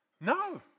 No